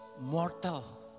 mortal